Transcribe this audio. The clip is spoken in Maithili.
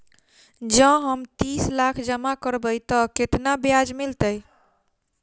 जँ हम तीस लाख जमा करबै तऽ केतना ब्याज मिलतै?